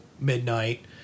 midnight